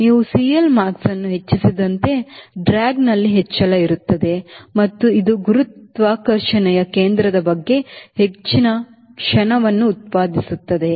ನೀವು CLmax ಅನ್ನು ಹೆಚ್ಚಿಸಿದಂತೆ ಡ್ರ್ಯಾಗ್ನಲ್ಲಿ ಹೆಚ್ಚಳ ಇರುತ್ತದೆ ಮತ್ತು ಇದು ಗುರುತ್ವಾಕರ್ಷಣೆಯ ಕೇಂದ್ರದ ಬಗ್ಗೆ ಹೆಚ್ಚಿನ ಕ್ಷಣವನ್ನು ಉತ್ಪಾದಿಸುತ್ತದೆ